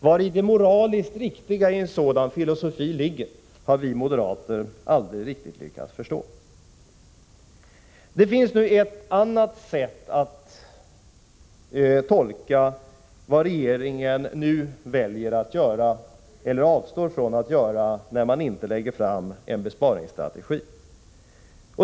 Vari det moraliskt riktiga i en sådan filosofi ligger har vi moderater aldrig riktigt lyckats förstå. Det finns ett annat sätt att tolka vad regeringen väljer att göra eller avstår från att göra när den inte utarbetat en besparingsstrategi.